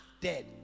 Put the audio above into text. dead